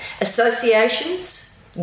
associations